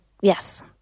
yes